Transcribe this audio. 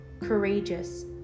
courageous